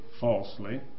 falsely